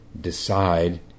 decide